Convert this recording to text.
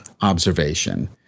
observation